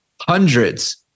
hundreds